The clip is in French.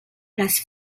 places